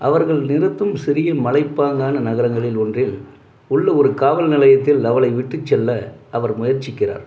அவர்கள் நிறுத்தும் சிறிய மலைப்பாங்கான நகரங்களில் ஒன்றில் உள்ள ஒரு காவல் நிலையத்தில் அவளை விட்டுச் செல்ல அவர் முயற்சிக்கிறார்